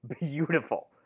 beautiful